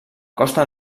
costa